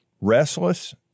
restless